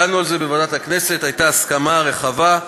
דנו על זה בוועדת הכנסת והייתה הסכמה רחבה.